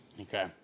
Okay